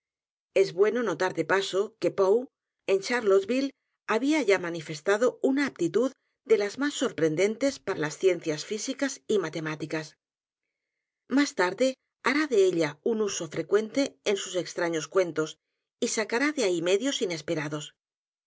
s bueno notar de paso que poe en charlottesville había ya manifestado una aptitud de las más sorprendentes para las ciencias físicas y matemáticas más t a r d e hará de ella un uso frecuente en sus su vida v sus obras extraños cuentos y sacará de ahí medios inesperados